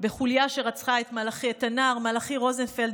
בחוליה שרצחה את הנער מלאכי רוזנפלד,